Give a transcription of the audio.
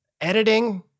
editing